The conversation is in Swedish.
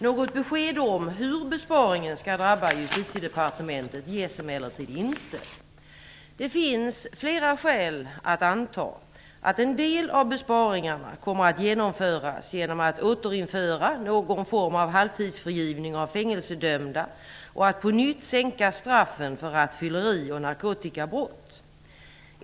Något besked om hur besparingen kommer att drabba Justitiedepartementet ges emellertid inte. Det finns flera skäl att anta att en del av besparingarna kommer att genomföras genom att återinföra någom form av halvtidsfrigivning av fängelsedömda och att på nytt sänka straffen för rattfylleri och narkotikabrott.